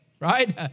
Right